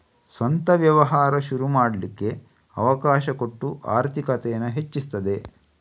ಸ್ವಂತ ವ್ಯವಹಾರ ಶುರು ಮಾಡ್ಲಿಕ್ಕೆ ಅವಕಾಶ ಕೊಟ್ಟು ಆರ್ಥಿಕತೇನ ಹೆಚ್ಚಿಸ್ತದೆ